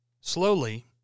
Slowly